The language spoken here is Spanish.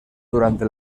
durante